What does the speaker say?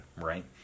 right